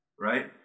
right